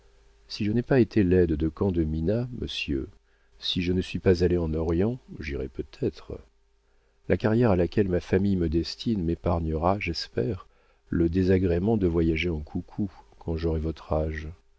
si je n'ai pas été laide de camp de mina monsieur si je ne suis pas allé en orient j'irai peut-être la carrière à laquelle ma famille me destine m'épargnera j'espère le désagrément de voyager en coucou quand j'aurai votre âge